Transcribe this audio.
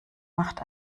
macht